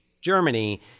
Germany